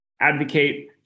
advocate